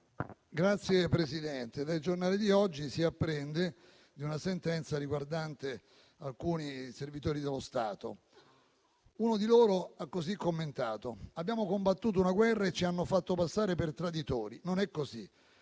Signor Presidente, dai giornali di oggi si apprende di una sentenza riguardante alcuni servitori dello Stato. Uno di loro ha così commentato: «Abbiamo combattuto una guerra e ci hanno fatto passare per traditori. Non era così».